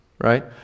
Right